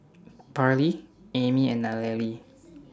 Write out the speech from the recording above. Parley Aimee and Nallely